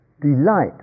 delight